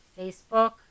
Facebook